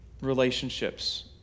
relationships